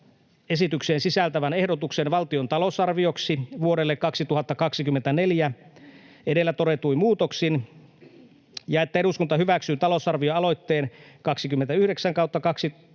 esitykseen sisältyvän ehdotuksen valtion talousarvioksi vuodelle 2024 edellä todetuin muutoksin, että eduskunta hyväksyy talousarvioaloitteen 29/2023